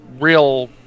real